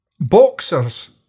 boxers